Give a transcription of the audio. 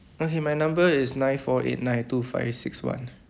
okay my number is nine four eight nine two five six one